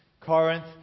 Corinth